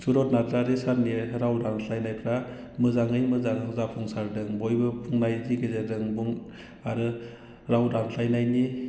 सुरत नार्जारि सारनि राव दानस्लायनायफ्रा मोजाङै मोजां जाफुं सारदों बयबो बुंनायनि गेजेरजों बुं आरो राव दानस्लायनायनि